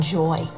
joy